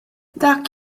dak